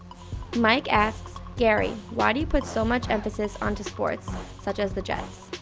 mike asks, gary, why do you put so much emphasis onto sports such as the jets?